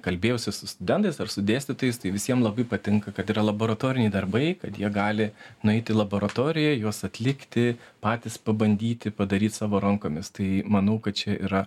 kalbėjausi su studentais ar su dėstytojais tai visiem labai patinka kad yra laboratoriniai darbai kad jie gali nueiti į laboratoriją juos atlikti patys pabandyti padaryt savo rankomis tai manau kad čia yra